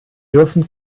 dürfen